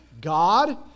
God